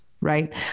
right